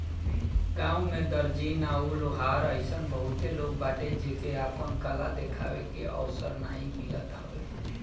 गांव में दर्जी, नाऊ, लोहार अइसन बहुते लोग बाटे जेके आपन कला देखावे के अवसर नाइ मिलत हवे